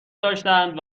داشتند